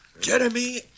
Jeremy